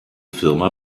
firma